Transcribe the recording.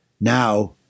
Now